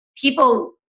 People